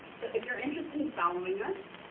so, if you're interested in following us,